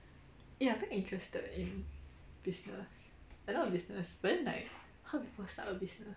eh I very interested in business like not business but then like how people start a business